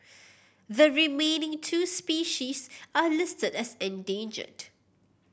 the remaining two species are listed as endangered